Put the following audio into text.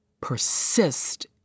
persist